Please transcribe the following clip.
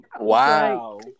Wow